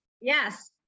yes